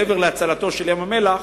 מעבר להצלתו של ים-המלח.